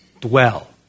Dwell